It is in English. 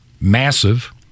massive